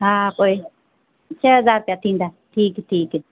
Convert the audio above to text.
हा हा पोइ छह हज़ार रुपिया थींदा ठीकु ठीकु